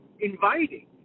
inviting